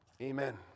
Amen